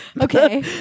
okay